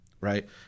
right